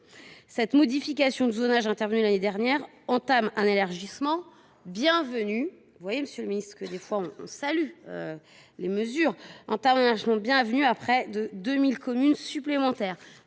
La modification de zonage intervenue l’année dernière permet un élargissement bienvenu à près de 2 000 communes supplémentaires.